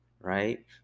right